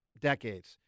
decades